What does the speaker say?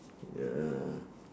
ya